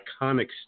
iconic